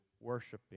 worshiping